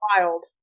wild